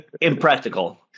impractical